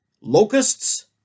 Locusts